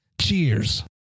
Cheers